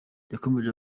yakomeje